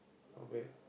alright